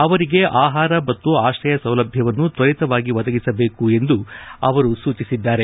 ಅವರಿಗೆ ಆಪಾರ ಮತ್ತು ಆಶ್ರಯ ಸೌಲಭ್ಯವನ್ನು ತ್ವರಿತವಾಗಿ ಒದಗಿಸಬೇಕು ಎಂದು ಅವರು ಸೂಚಿಸಿದ್ದಾರೆ